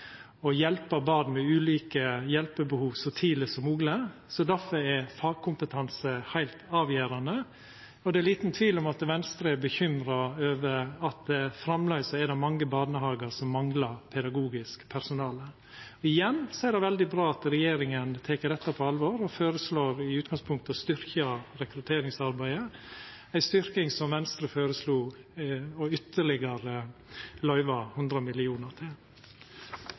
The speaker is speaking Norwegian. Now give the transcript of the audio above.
barn med ulike hjelpebehov så tidleg som mogleg. Difor er fagkompetanse heilt avgjerande, og det er liten tvil om at Venstre er bekymra over at det framleis er mange barnehagar som manglar pedagogisk personale. Igjen er det veldig bra at regjeringa tek dette på alvor og føreslår i utgangspunktet å styrkja rekrutteringsarbeidet, ei styrking som Venstre føreslo å løyva ytterlegare 100 mill. kr til.